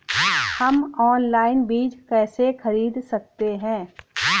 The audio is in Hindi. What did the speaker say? हम ऑनलाइन बीज कैसे खरीद सकते हैं?